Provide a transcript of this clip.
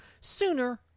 sooner